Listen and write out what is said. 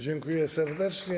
Dziękuję serdecznie.